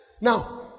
Now